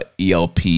ELP